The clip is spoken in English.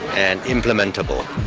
and implementable,